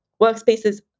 workspaces